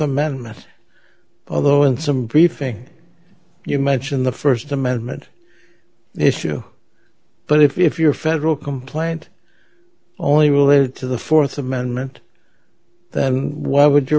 amendment although in some briefing you mention the first amendment issue but if your federal complaint only related to the fourth amendment then why would you